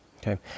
Okay